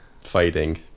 fighting